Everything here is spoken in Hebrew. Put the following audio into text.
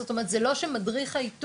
זאת אומרת זה לא שמדריך האיתור,